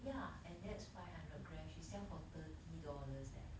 ya and that's five hundred grams she sell for thirty dollars leh